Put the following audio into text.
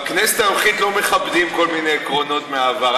בכנסת הנוכחית לא מכבדים כל מיני עקרונות מהעבר.